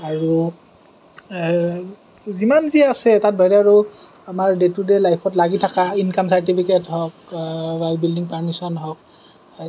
আৰু এই যিমান যি আছে তাৰ বাহিৰে আৰু আমাৰ ডে টু ডে লাইফত লাগি থকা ইনকাম চাৰ্টিফিকেট হওঁক বিল্ডিং পাৰ্মিচন হওঁক